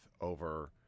over